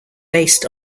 based